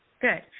Good